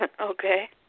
Okay